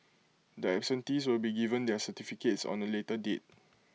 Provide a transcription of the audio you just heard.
the absentees will be given their certificates on A later date